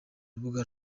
rubuga